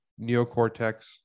neocortex